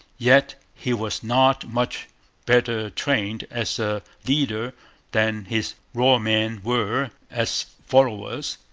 yet he was not much better trained as a leader than his raw men were as followers,